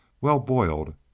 well-boiled